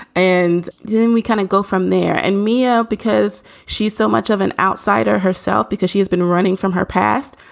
and then we kind of go from there. and mia, because she's so much of an outsider herself, because she has been running from her past.